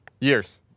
Years